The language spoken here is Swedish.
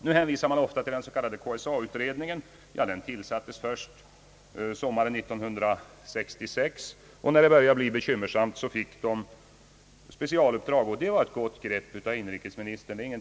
Den tillsattes först sommaren 1966 — våra framstötar kom som sagt redan våren 1964. När det började bli bekymmersamt fick den specialuppdrag, vilket var ett mycket gott grepp av regeringen.